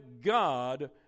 God